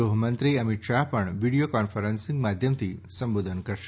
ગૃહમંત્રી અમિત શાહ પણ video conferencing માધ્યમથી સંબોધન કરશે